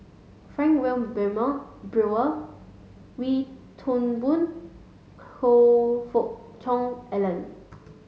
Frank Wilmin Brewer Wee Toon Boon Hoe Fook Cheong Alan